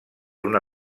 una